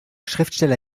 schriftsteller